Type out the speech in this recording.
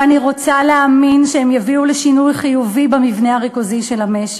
ואני רוצה להאמין שהן יביאו לשינוי חיובי במבנה הריכוזי של המשק.